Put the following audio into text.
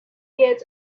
yet